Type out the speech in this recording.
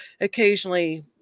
occasionally